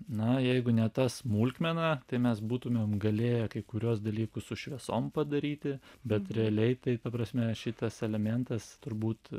na jeigu ne ta smulkmena tai mes būtumėm galėję kai kuriuos dalykus su šviesom padaryti bet realiai tai ta prasme šitas elementas turbūt